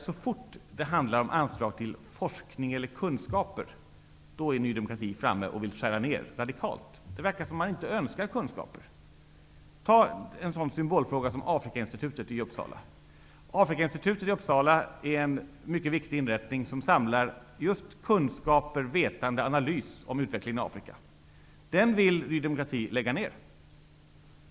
Så fort det handlar om anslag till forskning eller kunskaper är Ny demokrati framme och vill skära ner radikalt. Det verkar som om man inte gillar kunskaper. Ta en sådan symbolfråga som Afrikainstitutet i Uppsala. Detta institut är en mycket viktig inrättning, som samlar just kunkaper, vetande och analys om utvecklingen i Afrika. Detta institut vill Ny demokrati lägga ner.